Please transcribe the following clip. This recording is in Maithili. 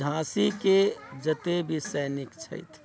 झाँसीके जते भी सैनिक छथि